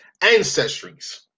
ancestries